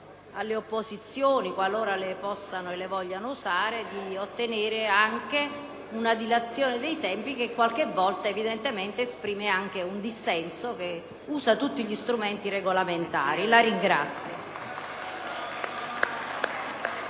alle opposizioni, qualora le vogliano usare, di ottenere anche una dilazione dei tempi che qualche volta, evidentemente, esprime un dissenso che usa tutti gli strumenti regolamentari. (Applausi